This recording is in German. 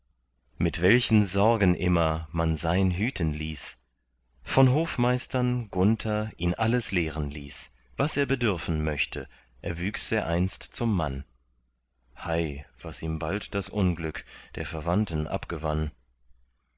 mit welchen sorgen immer man sein hüten hieß von hofmeistern gunther ihn alles lehren ließ was er bedürfen möchte erwüchs er einst zum mann hei was ihm bald das unglück der verwandten abgewann